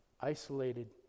isolated